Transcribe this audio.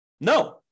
No